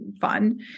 fun